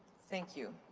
thank you.